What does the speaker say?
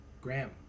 Graham